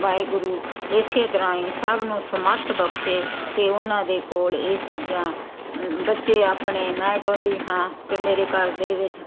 ਵਾਹਿਗੁਰੂ ਇਸ ਤਰ੍ਹਾਂ ਹੀ ਸਭ ਨੂੰ ਸੁਮੱਤ ਬਖਸ਼ੇ ਅਤੇ ਉਹਨਾਂ ਦੇ ਕੋਲ ਇਹ ਚੀਜ਼ਾਂ ਬੱਚੇ ਆਪਣੇ ਮੈਂ ਚਾਹੁੰਦੀ ਹਾਂ ਕਿ ਮੇਰੇ ਘਰ ਦੇ ਵਿੱਚ